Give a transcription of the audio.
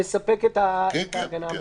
מספק את ההגנה.